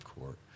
Court